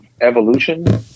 evolution